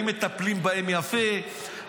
אם מטפלים בהם יפה,